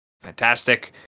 fantastic